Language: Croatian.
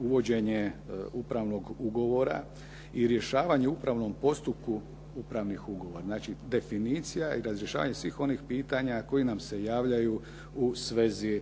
uvođenje upravnog ugovora i rješavanje u upravnom postupku upravnih ugovora. Znači, definicija i razrješavanje svih onih pitanja koja nam se javljaju u svezi